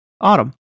Autumn